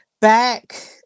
back